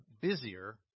busier